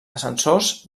ascensors